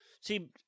See